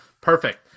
Perfect